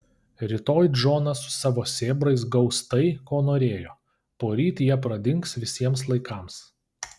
rytoj džonas su savo sėbrais gaus tai ko norėjo poryt jie pradings visiems laikams